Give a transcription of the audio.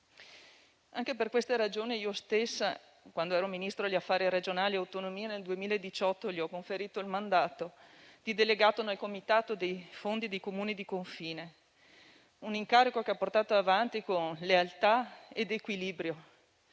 Anche per queste ragioni, io stessa, quando ero Ministro degli affari regionali e delle autonomie, nel 2018 gli ho conferito il mandato di delegato nel Comitato dei fondi dei Comuni di confine: un incarico che ha portato avanti con lealtà ed equilibrio,